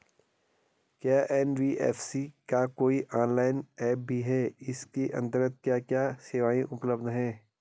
क्या एन.बी.एफ.सी का कोई ऑनलाइन ऐप भी है इसके अन्तर्गत क्या क्या सेवाएँ उपलब्ध हैं?